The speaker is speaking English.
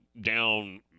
down